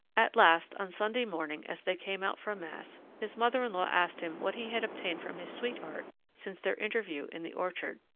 at last, on sunday morning as they came out from mass, his mother-in-law asked him what he had obtained from his sweetheart since their interview in the orchard.